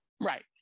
right